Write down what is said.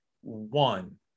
one